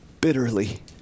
bitterly